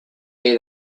day